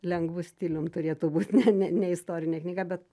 lengvu stilium turėtų būt ne ne ne istorinė knyga bet